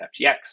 FTX